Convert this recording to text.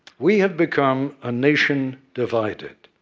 we have become a nation divided.